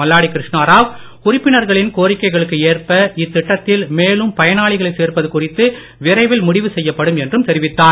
மல்லாடி கிருஷ்ணாராவ் உறுப்பினர்களின் அமைச்சர் கோரிக்கைகளுக்கு ஏற்ப இத்திட்டத்தில் மேலும் பயனாளிகளை சேர்ப்பது குறித்து விரைவில் முடிவு செய்யப்படும் என்றும் தெரிவித்தார்